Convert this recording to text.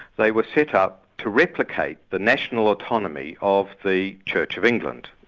they were set up to replicate the national autonomy of the church of england,